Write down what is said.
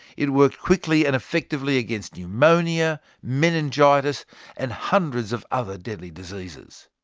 it worked quickly and effectively against pneumonia, meningitis and hundreds of other deadly diseases.